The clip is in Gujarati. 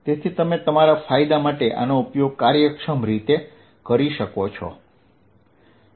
તેથી તમે તમારા ફાયદા માટે આનો ઉપયોગ કાર્યક્ષમ રીતે કરી શકો છો